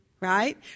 right